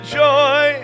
joy